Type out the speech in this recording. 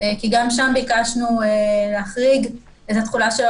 כי גם שם ביקשנו להחריג את התחולה שלו